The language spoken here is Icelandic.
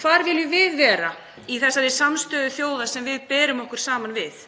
Hvar viljum við vera í þessari samstöðu þjóða sem við berum okkur saman við?